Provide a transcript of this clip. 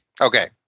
Okay